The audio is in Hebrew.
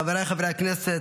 חבריי חברי הכנסת,